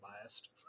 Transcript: biased